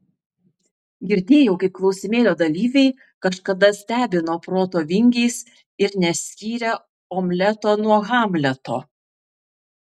girdėjau kaip klausimėlio dalyviai kažkada stebino proto vingiais ir neskyrė omleto nuo hamleto